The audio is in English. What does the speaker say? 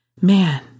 man